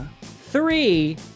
three